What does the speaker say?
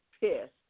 pissed